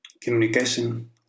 communication